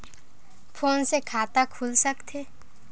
Phone से खाता खुल सकथे?